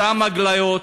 אותן הגליות,